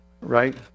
Right